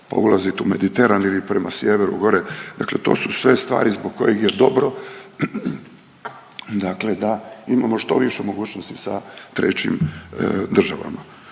ulazit u Mediteran ili prema sjeveru gore, dakle to su sve stvari zbog kojih je dobro da imamo što više mogućnosti sa trećim državama.